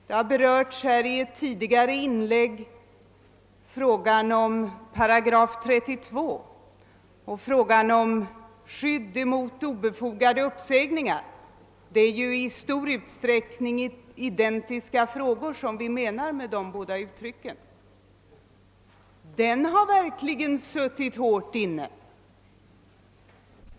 I ett tidigare inlägg berördes frågorna om 32 § och om skydd mot obefogade uppsägningar. Det är i stor utsträckning identiska problem som vi åsyftar med dessa båda uttryck. En lösning av dem har verkligen suttit hårt inne.